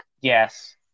Yes